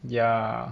ya